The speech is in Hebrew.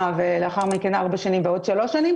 ולאחר מכן ארבע שנים בעוד שלוש שנים